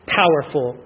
powerful